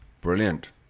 brilliant